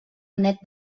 net